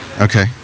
Okay